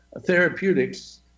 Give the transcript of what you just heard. therapeutics